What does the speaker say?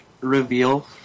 reveal